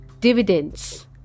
Dividends